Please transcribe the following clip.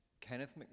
Kenneth